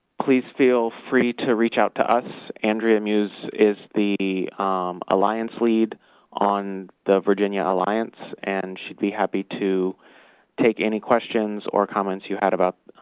please feel free to reach out to us. andrea muse is the alliance lead on the virginia alliance, and she'd be happy to take any questions or comments you had about